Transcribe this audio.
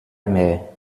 mehr